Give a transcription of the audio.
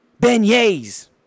Beignets